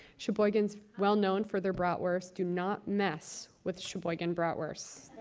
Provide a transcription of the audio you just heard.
sheboygan's well known for their bratwurst. do not mess with sheboygan bratwurst.